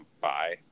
bye